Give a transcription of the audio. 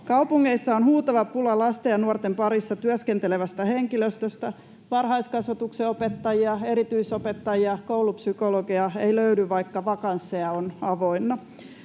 Kaupungeissa on huutava pula lasten ja nuorten parissa työskentelevästä henkilöstöstä — varhaiskasvatuksen opettajia, erityisopettajia ja koulupsykologeja ei löydy, vaikka vakansseja on avoinna.